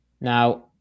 Now